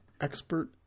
expert